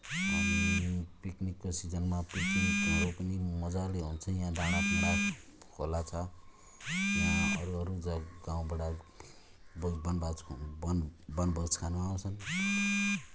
अनि पिकनिकको सिजनमा पिकनिकहरू पनि मजाले हुन्छ यहाँ डाँडाकुँडा खोला छ याँ अरू अरू जग् गाउँबाट व वनभाज ख्वाउ वन वनभोज खानु आउँछन्